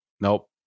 Nope